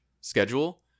schedule